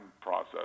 process